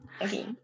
Okay